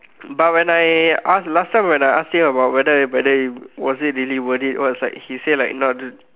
but when I ask last time when I aksed him whether whether was it really worth it he was like he said like not